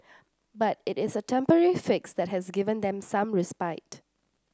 but it is a temporary fix that has given them some respite